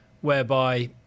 whereby